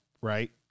right